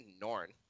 Norn